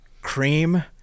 Cream